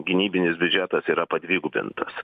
gynybinis biudžetas yra padvigubintas